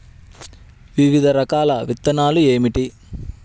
వివిధ రకాల విత్తనాలు ఏమిటి?